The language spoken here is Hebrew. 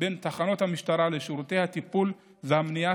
בין תחנות המשטרה לשירותי הטיפול והמניעה